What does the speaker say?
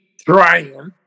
trying